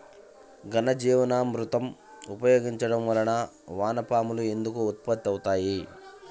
ఘనజీవామృతం ఉపయోగించటం వలన వాన పాములు ఎందుకు ఉత్పత్తి అవుతాయి?